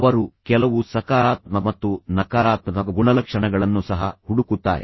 ಅವರು ಕೆಲವು ಸಕಾರಾತ್ಮಕ ಮತ್ತು ನಕಾರಾತ್ಮಕ ಗುಣಲಕ್ಷಣಗಳನ್ನು ಸಹ ಹುಡುಕುತ್ತಾರೆ